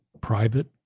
private